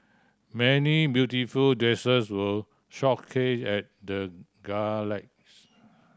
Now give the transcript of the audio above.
many beautiful dresses were showcase at the gala